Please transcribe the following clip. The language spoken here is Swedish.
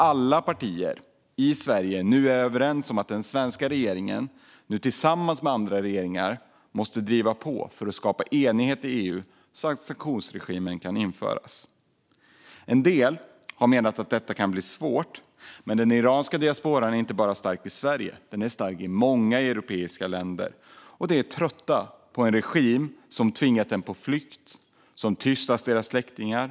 Alla partier i Sverige är nu överens om att den svenska regeringen tillsammans med andra regeringar måste driva på för att skapa enighet i EU, så att sanktionsregimen kan införas. En del har menat att detta kan bli svårt. Men den iranska diasporan är inte bara stark i Sverige; den är stark i många europeiska länder. De är trötta på en regim som har tvingat dem på flykt och tystat deras släktingar.